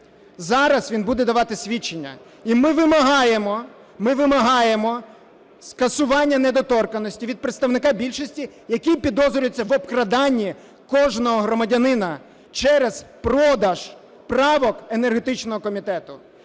Зараз він буде давати свідчення. І ми вимагаємо, ми вимагаємо скасування недоторканності від представника більшості, який підозрюється в обкраданні кожного громадянина через продаж правок енергетичного комітету.